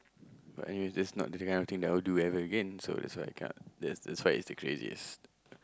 but anyways that's not the kind of thing I will do ever again so that's why I cannot that's that's why it's the craziest